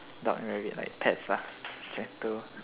dog rabbit like pets lah settle